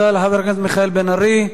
תודה לחבר הכנסת מיכאל בן-ארי.